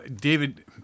David